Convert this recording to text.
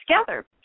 together